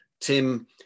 Tim